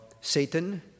Satan